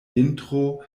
vintro